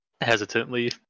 hesitantly